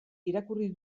irakurri